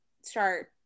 start